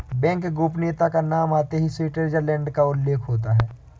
bank गोपनीयता का नाम आते ही स्विटजरलैण्ड का उल्लेख होता हैं